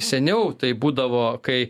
seniau taip būdavo kai